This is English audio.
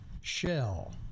shell